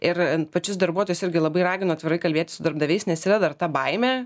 ir pačius darbuotojus irgi labai raginu atvirai kalbėti su darbdaviais nes yra dar ta baimė